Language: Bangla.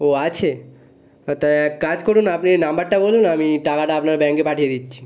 ও আছে তা এক কাজ করুন আপনি নম্বরটা বলুন আমি টাকাটা আপনার ব্যাঙ্কে পাঠিয়ে দিচ্ছি